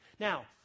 Now